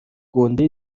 گُنده